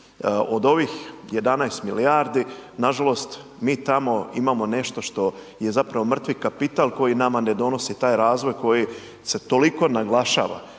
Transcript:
Od ovih 11 milijardi nažalost mi tamo imamo nešto što je zapravo mrtvi kapital koji nama ne donosi taj razvoj, koji se toliko naglašava